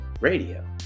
radio